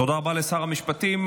תודה רבה לשר המשפטים.